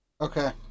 Okay